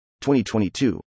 2022